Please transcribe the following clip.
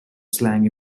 slang